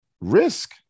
risk